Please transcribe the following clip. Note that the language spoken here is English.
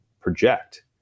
project